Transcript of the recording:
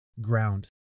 ground